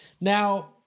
now